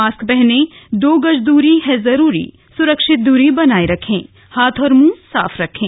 mask पहने दो गज दूरी है जरूरी सुरक्षित दूरी बनाए रखें हाथ और मुंह साफ रखें